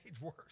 worse